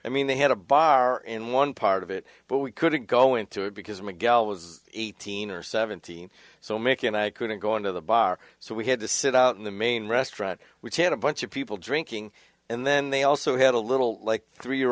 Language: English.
i mean they had a bar in one part of it but we couldn't go into it because miguel was eighteen or seventeen so mickey and i couldn't go into the bar so we had to sit out in the main restaurant which had a bunch of people drinking and then they also had a little like three year